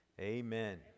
Amen